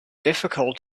difficult